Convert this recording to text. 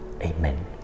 Amen